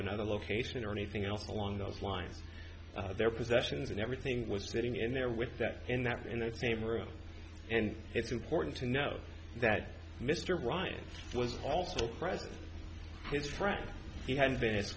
another location or anything else along those lines their possessions and everything was sitting in there with that in that in that same room and it's important to know that mr ryan was also present his friend he had